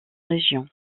régions